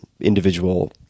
individual